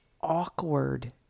awkward